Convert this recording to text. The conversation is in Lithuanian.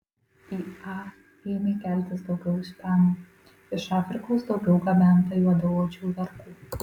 į a ėmė keltis daugiau ispanų iš afrikos daugiau gabenta juodaodžių vergų